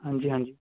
ਹਾਂਜੀ ਹਾਂਜੀ